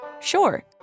sure